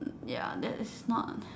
ya that is most